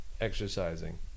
exercising